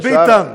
השאר,